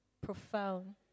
profound